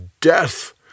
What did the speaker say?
death